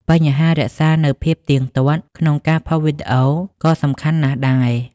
បញ្ហា រក្សានូវភាពទៀងទាត់ ក្នុងការផុសវីដេអូក៏សំខាន់ណាស់ដែរ។